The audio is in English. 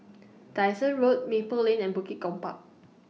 Dyson Road Maple Lane and Bukit Gombak